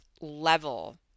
level